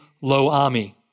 Lo-Ami